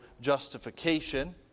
justification